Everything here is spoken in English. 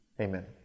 amen